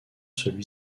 celui